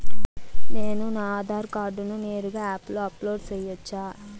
నేను నా ఆధార్ కార్డును నేరుగా యాప్ లో అప్లోడ్ సేయొచ్చా?